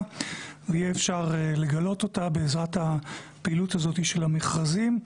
ויהיה אפשר לגלות אותה בעזרת הפעילות הזאת של המכרזים.